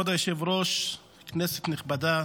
היושב-ראש, כנסת נכבדה,